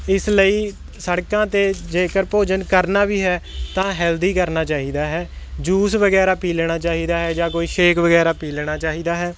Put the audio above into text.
ਇਸ ਲਈ ਸੜਕਾਂ 'ਤੇ ਜੇਕਰ ਭੋਜਨ ਕਰਨਾ ਵੀ ਹੈ ਤਾਂ ਹੈਲਦੀ ਕਰਨਾ ਚਾਹੀਦਾ ਹੈ ਜੂਸ ਵਗੈਰਾ ਪੀ ਲੈਣਾ ਚਾਹੀਦਾ ਹੈ ਜਾਂ ਕੋਈ ਸ਼ੇਕ ਵਗੈਰਾ ਪੀ ਲੈਣਾ ਚਾਹੀਦਾ ਹੈ